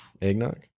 Eggnog